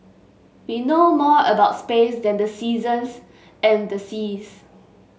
we know more about space than the seasons and the seas